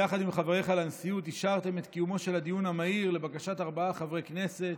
וחבריך לנשיאות אישרתם את קיומו של הדיון המהיר לבקשת ארבעה חברי כנסת,